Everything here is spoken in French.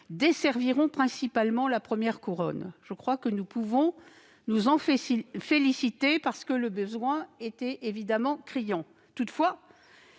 desserviront principalement la première couronne. Je crois que nous pouvons nous en féliciter, parce que le besoin était évidemment criant. Toutefois,